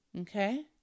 Okay